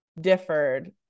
differed